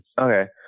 Okay